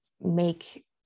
make